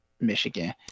michigan